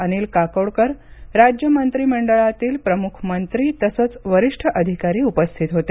अनिल काकोडकर राज्यमंत्रीमंडळातील प्रमुख मंत्री तसंच वरिष्ठ अधिकारी उपस्थित होते